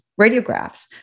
radiographs